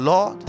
Lord